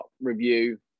review